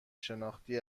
شناختی